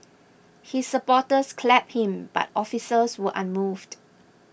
his supporters clapped him but officers were unmoved